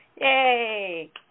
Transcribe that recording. Yay